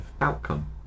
outcome